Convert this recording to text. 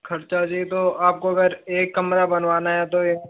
खर्चा जी तो आपको अगर एक कमरा बनवाना है तो ए